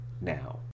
now